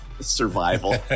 survival